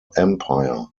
empire